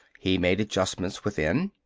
he made adjustments within.